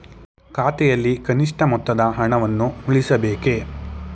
ಖಾತೆಯಲ್ಲಿ ಕನಿಷ್ಠ ಮೊತ್ತದ ಹಣವನ್ನು ಉಳಿಸಬೇಕೇ?